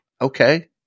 okay